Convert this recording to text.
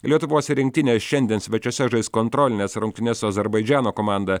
lietuvos rinktinė šiandien svečiuose žais kontrolines rungtynes su azerbaidžano komanda